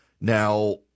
Now